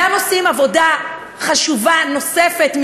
גם עושים עבודה חשובה נוספת,